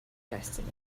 destiny